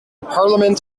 parliament